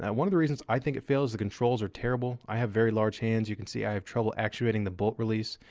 one of the reason's i think it fails the controls are terrible. i have very large hands. you can see i have trouble actuating the bolt release.